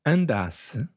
Andasse